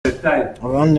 abandi